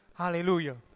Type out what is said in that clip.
Hallelujah